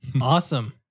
awesome